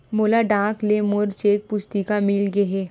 मोला डाक ले मोर चेक पुस्तिका मिल गे हे